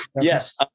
Yes